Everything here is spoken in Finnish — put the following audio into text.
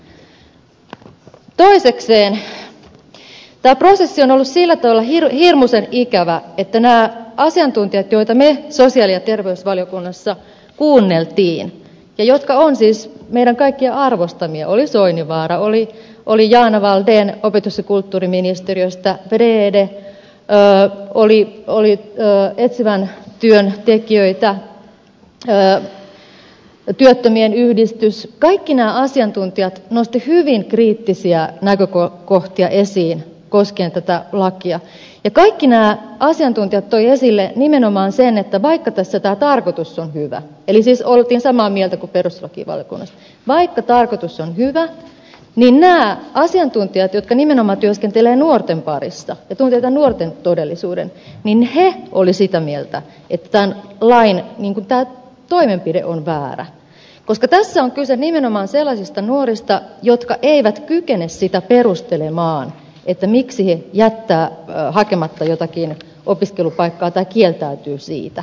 toisekseen tämä prosessi on ollut sillä tavalla hirmuisen ikävä että kaikki nämä asiantuntijat joita me sosiaali ja terveysvaliokunnassa kuuntelimme ja jotka ovat meidän kaikkien arvostamia oli soininvaara oli jaana wallden opetus ja kulttuuriministeriöstä wrede oli etsivän työn tekijöitä työttömien yhdistys nostivat hyvin kriittisiä näkökohtia esiin koskien tätä lakia ja kaikki asiantuntijat toivat esille nimenomaan sen vaikka tässä tarkoitus on hyvä oltiin siis samaa mieltä kuin perustuslakivaliokunnassa nämä asiantuntijat jotka nimenomaan työskentelevät nuorten parissa ja tuntevat nuorten todellisuuden olivat sitä mieltä että tämän lain toimenpide on väärä koska tässä on kyse nimenomaan sellaisista nuorista jotka eivät kykene sitä perustelemaan miksi he jättävät hakematta jotakin opiskelupaikkaa tai kieltäytyvät siitä